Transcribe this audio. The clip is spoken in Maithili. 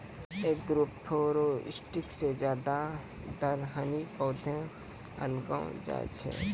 एग्रोफोरेस्ट्री से ज्यादा दलहनी पौधे उगैलो जाय छै